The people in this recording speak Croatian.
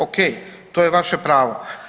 Okej, to je vaše pravo.